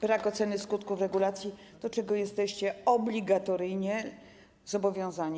Brak oceny skutków regulacji, do czego jesteście obligatoryjnie zobowiązani.